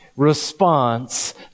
Response